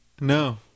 No